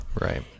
right